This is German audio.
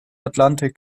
atlantik